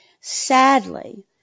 Sadly